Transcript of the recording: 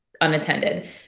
unattended